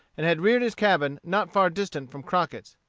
and had reared his cabin not far distant from crockett's.